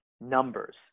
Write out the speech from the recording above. numbers